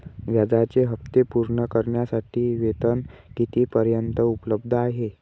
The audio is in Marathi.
व्याजाचे हप्ते पूर्ण करण्यासाठी वेतन किती पर्यंत उपलब्ध आहे?